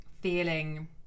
feeling